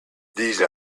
these